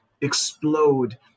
explode